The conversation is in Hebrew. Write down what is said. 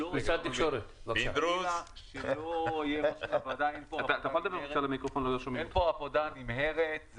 שאין פה עבודה נמהרת,